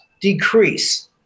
decrease